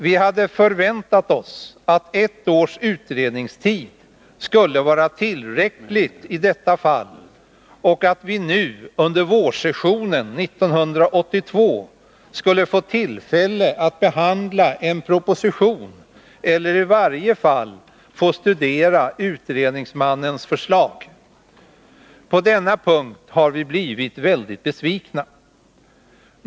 Vi hade förväntat oss att ett års utredningstid skulle vara tillräcklig i detta fall och att vi nu, under vårsessionen 1982, skulle få tillfälle att behandla en proposition eller i varje fall studera utredningsmannens förslag. På denna punkt har vi blivit mycket besvikna.